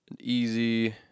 easy